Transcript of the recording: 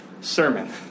sermon